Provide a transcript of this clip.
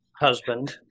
husband